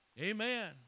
Amen